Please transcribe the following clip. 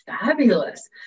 fabulous